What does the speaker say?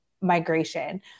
Migration